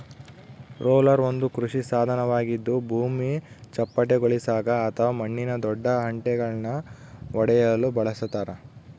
roller ಒಂದು ಕೃಷಿ ಸಾಧನವಾಗಿದ್ದು ಭೂಮಿ ಚಪ್ಪಟೆಗೊಳಿಸಾಕ ಅಥವಾ ಮಣ್ಣಿನ ದೊಡ್ಡ ಹೆಂಟೆಳನ್ನು ಒಡೆಯಲು ಬಳಸತಾರ